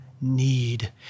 need